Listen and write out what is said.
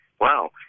Wow